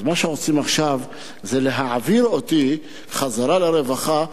אז מה שרוצים עכשיו זה להעביר אותי חזרה לרווחה,